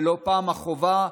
ולא פעם החובה,